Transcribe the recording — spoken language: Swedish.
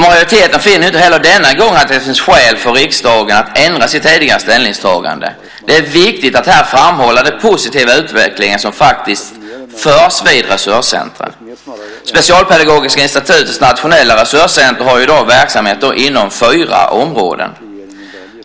Majoriteten finner inte heller denna gång att det finns skäl för riksdagen att ändra sitt tidigare ställningstagande. Det är viktigt att här framhålla den positiva utveckling som faktiskt sker vid resurscentren. Specialpedagogiska institutets nationella resurscenter har i dag verksamhet inom fyra områden.